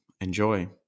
Enjoy